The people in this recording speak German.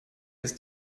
ist